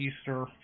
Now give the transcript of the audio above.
Easter